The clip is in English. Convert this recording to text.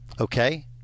Okay